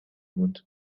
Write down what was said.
موند